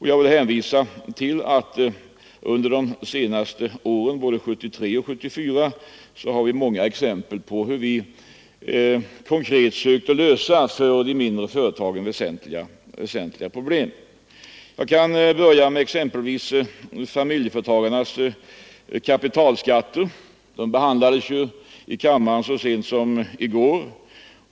Jag vill hänvisa till att från de senaste åren — både 1973 och 1974 — finns det många exempel på hur vi konkret sökt lösa för de mindre företagen väsentliga problem. Jag kan börja med familjeföretagarnas kapitalskatter, som behandlades i kammaren så sent som i går.